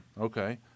Okay